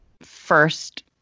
first